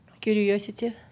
Curiosity